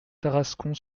tarascon